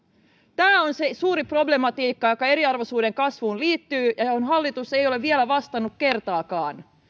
tämä on se suuri problematiikka joka eriarvoisuuden kasvuun liittyy ja johon hallitus ei ole vielä vastannut kertaakaan